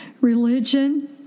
religion